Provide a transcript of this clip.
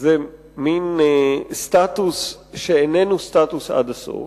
זה מין סטטוס שאיננו סטטוס עד הסוף,